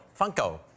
Funko